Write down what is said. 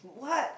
what